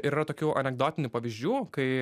ir yra tokių anekdotinių pavyzdžių kai